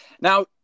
Now